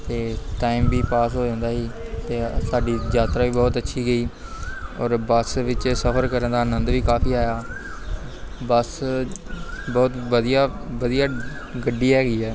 ਅਤੇ ਟਾਈਮ ਵੀ ਪਾਸ ਹੋ ਜਾਂਦਾ ਸੀ ਅਤੇ ਸਾਡੀ ਯਾਤਰਾ ਵੀ ਬਹੁਤ ਅੱਛੀ ਗਈ ਔਰ ਬੱਸ ਵਿੱਚ ਸਫ਼ਰ ਕਰਨ ਦਾ ਆਨੰਦ ਵੀ ਕਾਫ਼ੀ ਆਇਆ ਬੱਸ ਬਹੁਤ ਵਧੀਆ ਵਧੀਆ ਗੱਡੀ ਹੈਗੀ ਆ